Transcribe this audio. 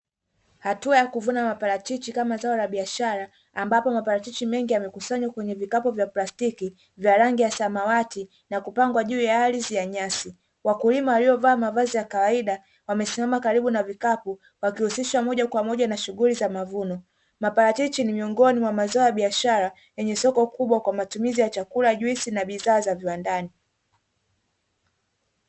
Hatua ya kuvuna maparachichi kama zao la biashara ambapo maparachichi mengi yamekusanywa kwenye vikapu vya plastiki vya rangi ya samawati na kupangwa juu ya ardhi ya nyasi. Wakulima waliovaa mavazi ya kawaida wamesimama karibu na vikapu wakihusisha moja kwa moja na shughuli za mavuno. Maparachichi ni miongoni mwa mazao ya biashara yenye soko kubwa kwa matumizi ya chakula, juisi na bidhaa za viwandani.